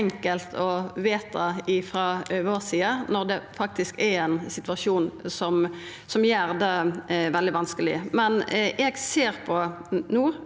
er så enkelt å vedta frå vår side, når det faktisk er ein situasjon som gjer det veldig vanskeleg.